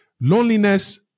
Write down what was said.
loneliness